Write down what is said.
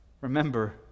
remember